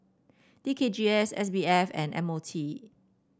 T K G S S B F and M O T